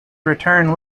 returned